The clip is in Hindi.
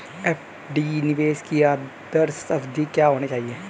एफ.डी निवेश की आदर्श अवधि क्या होनी चाहिए?